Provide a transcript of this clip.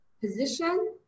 position